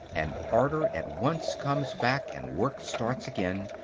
and order at once comes back and work starts again,